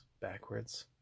backwards